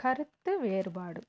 கருத்து வேறுபாடு